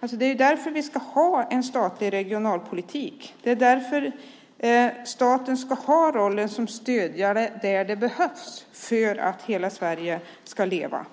Det är därför vi ska ha en statlig regionalpolitik. Det är därför staten ska ha rollen som stödjare där det behövs för att hela Sverige ska leva.